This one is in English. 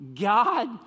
God